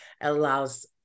allows